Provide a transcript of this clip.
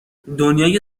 دنیای